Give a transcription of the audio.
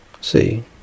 See